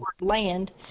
land